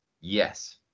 Yes